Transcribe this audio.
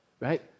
right